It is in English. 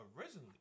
originally